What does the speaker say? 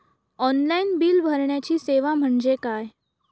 Online bill भरण्याची सेवा म्हणजे काय?